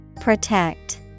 Protect